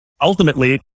ultimately